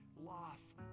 loss